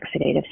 oxidative